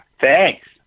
Thanks